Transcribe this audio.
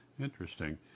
Interesting